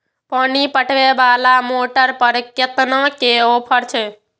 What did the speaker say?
पानी पटवेवाला मोटर पर केतना के ऑफर छे?